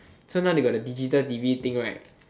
so now they got the digital t_v thing right